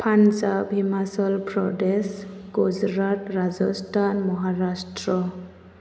Punjab Himachal Pradesh Gujarat Rajasthan Maharashtra